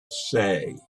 say